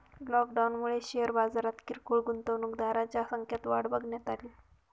लॉकडाऊनमुळे शेअर बाजारात किरकोळ गुंतवणूकदारांच्या संख्यात वाढ बघण्यात अली